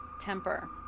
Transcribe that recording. temper